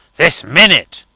this minute.